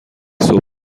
صبح